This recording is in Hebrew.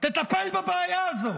תטפל בבעיה הזו,